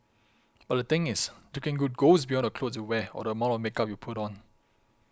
but the thing is looking good goes beyond the clothes you wear or the amount of makeup you put on